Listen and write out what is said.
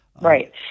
Right